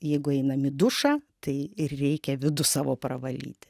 jeigu einam į dušą tai ir reikia vidų savo pravalyti